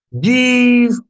Give